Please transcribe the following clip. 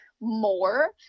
more